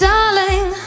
Darling